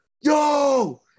yo